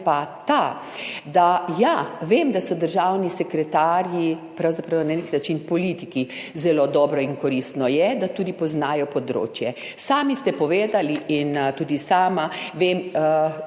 pa ta, da, ja, vem, da so državni sekretarji pravzaprav na nek način politiki. Zelo dobro in koristno je, da tudi poznajo področje. Sami ste povedali in tudi sama vem